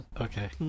Okay